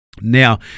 Now